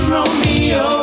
Romeo